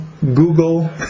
Google